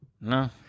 No